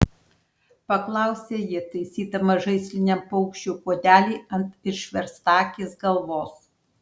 paklausė ji taisydama žaisliniam paukščiui kuodelį ant išverstakės galvos